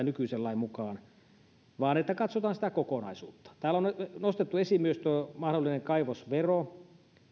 nykyisen lain mukaan vaan katsotaan sitä kokonaisuutta täällä on nostettu esiin myös mahdollinen kaivosvero